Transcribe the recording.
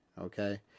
Okay